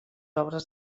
obres